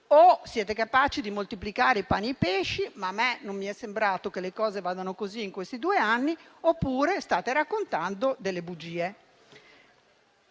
o siete capaci di moltiplicare pani e pesci, ma a me non è sembrato che le cose siano andate così in questi due anni, oppure state raccontando delle bugie.